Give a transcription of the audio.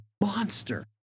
monster